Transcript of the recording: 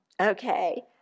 okay